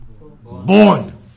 born